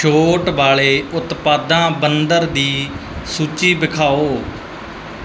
ਛੋਟ ਵਾਲੇ ਉਤਪਾਦਾਂ ਵੰਦਰ ਦੀ ਸੂਚੀ ਵਿਖਾਉ